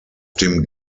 dem